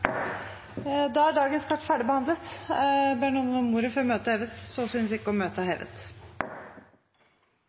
Da er dagens kart ferdigbehandlet. Ber noen om ordet før møtet heves? Møtet er hevet.